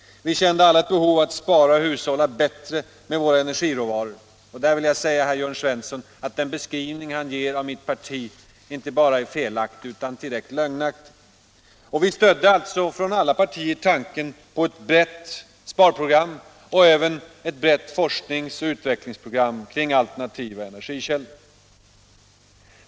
Vi kände alla ett behov att spara och hushålla bättre med våra energiråvaror. Jag vill i det sammanhanget säga herr Jörn Svensson att den beskrivning han ger av mitt parti inte bara är felaktig utan direkt lögnaktig. Vi stödde alla tanken på ett brett sparprogram och även ett brett forskningsoch utvecklingsprogram kring alternativa energikällor.